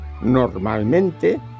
normalmente